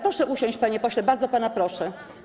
Proszę usiąść, panie pośle, bardzo pana proszę.